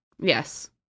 Yes